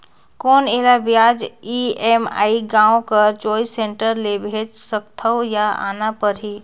कौन एला ब्याज ई.एम.आई गांव कर चॉइस सेंटर ले भेज सकथव या आना परही?